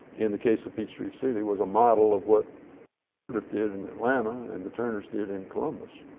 in the case of peachtree city was a model of what woodruff did in atlanta and the turners did in columbus,